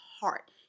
heart